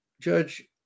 Judge